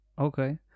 okay